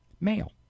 male